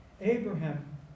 Abraham